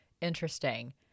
interesting